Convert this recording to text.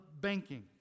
banking